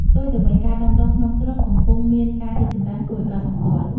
ផ្ទុយទៅវិញ ការដាំដុះក្នុងស្រុកកំពុងមានការរីកចម្រើនគួរឱ្យកត់សម្គាល់។